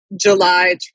July